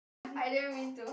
I didn't mean to